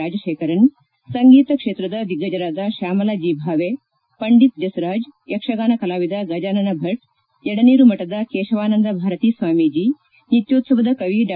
ರಾಜಶೇಖರನ್ ಸಂಗೀತ ಕ್ಷೇತ್ರದ ದಿಗ್ಗಜ್ಜರಾದ ಶ್ಯಾಮಲ ಜಿ ಭಾವೆ ಪಂಡಿತ್ ಜಸ್ರಾಜ್ ಯಕ್ಷಗಾನ ಕಲಾವಿದ ಗಜಾನನ ಭಟ್ ಯಡನೀರು ಮಠದ ಕೇಶವಾನಂದ ಭಾರತೀ ಸ್ನಾಮೀಜಿ ನಿತ್ಲೋತ್ವವದ ಕವಿ ಡಾ